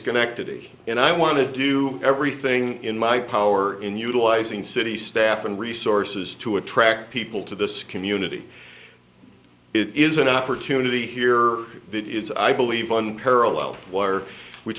schenectady and i want to do everything in my power in utilizing city staff and resources to attract people to this community it is an opportunity here that is i believe on